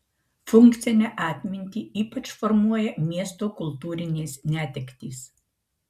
funkcinę atmintį ypač formuoja miesto kultūrinės netektys